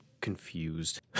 confused